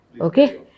Okay